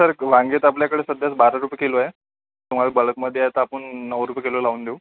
sir वांगे तर आपल्याकडं सध्याच बारा रुपये किलो आहे तुम्हाला बल्कमध्ये आता आपण नऊ रुपये किलो लावून देऊ